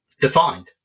defined